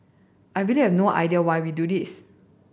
I really have no idea why we do this